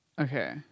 okay